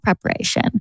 preparation